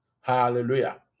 Hallelujah